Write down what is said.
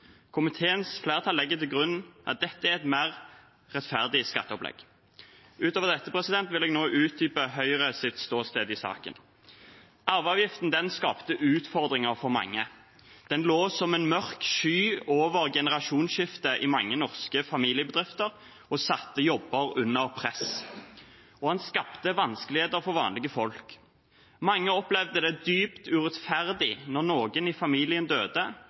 Komiteens flertall legger til grunn at dette er et mer rettferdig skatteopplegg. Utover dette vil jeg nå utdype Høyres ståsted i saken. Arveavgiften skapte utfordringer for mange. Den lå som en mørk sky over generasjonsskiftet i mange norske familiebedrifter og satte jobber under press. Den skapte vanskeligheter for vanlige folk. Mange opplevde det dypt urettferdig at de måtte betale en avgift for å beholde barndomshjemmet når noen i familien døde